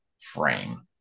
frame